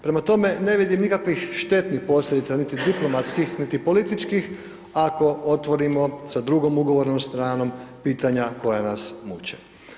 Prema tome, ne vidim nikakvih štetnih posljedica, niti diplomatskih, niti političkih ako otvorimo sa drugom ugovornom stranom pitanja koja nas muče.